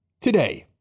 today